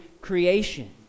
creation